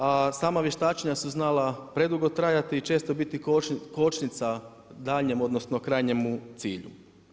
A sama vještačenja su znala predugo trajati i često biti kočnica danjem, odnosno, krajnjemu cilju.